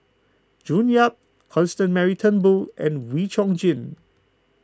June Yap Constance Mary Turnbull and Wee Chong Jin